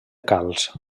calç